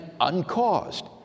uncaused